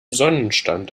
sonnenstand